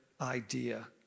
idea